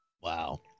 Wow